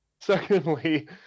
Secondly